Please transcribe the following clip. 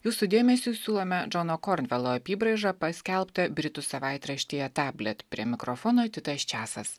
jūsų dėmesiui siūlome džono kornvelo apybraižą paskelbtą britų savaitraštyje tablet prie mikrofono titas čiasas